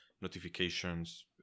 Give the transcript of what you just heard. notifications